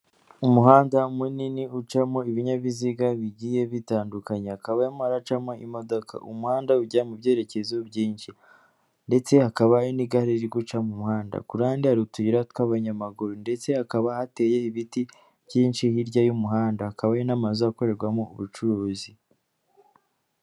Umuhanda munini ucamo ibinyabiziga bigiye bitandukanye, hakaba harimo haracamo imodoka. Umuhanda ujya mu byerekezo byinshi, ndetse hakaba n'igare riri guca mu muhanda. Ku ruhande hari utuyira tw'abanyamaguru; ndetse hakaba hateye ibiti byinshi hirya y'umuhanda, hakaba n'amazu akorerwamo ubucuruzi.